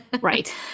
right